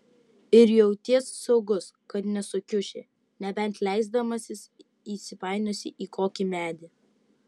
ir jauties saugus kad nesukiuši nebent leisdamasis įsipainiosi į kokį medį